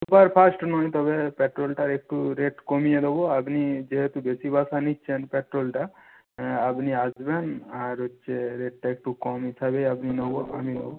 super fast নয় তবে পেট্রোলটার একটু রেট কমিয়ে দেবো আপনি যেহেতু বেশি বাসা নিচ্ছেন পেট্রোলটা আপনি আসবেন আর হচ্ছে রেটটা একটু কম হিসাবেই আমি নেব আমি নেব